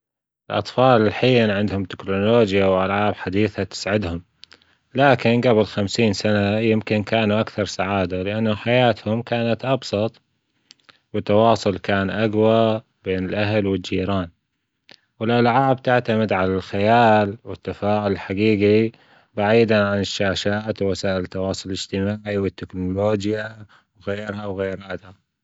الأطفال الحين عندهم تكنولوجيا وألعاب حديثة تساعدهم، لكن جبل خمسين سنة يمكن كانوا أكثر سعادة لأنه حياتهم كانت أبسط. والتواصل كان أقوى بين الأهل والجيران، والألعاب تعتمد على الخيال والتفاعل الحجيجي بعيدا عن الشاشات ووسائل التواصل الإجتماعي والتكنولوجيا وغيرها وغيرها.